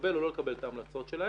לקבל או לא לקבל את ההמלצות שלהם.